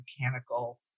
mechanical